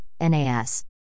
NAS